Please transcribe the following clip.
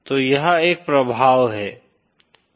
तो यह एक प्रभाव है